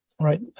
right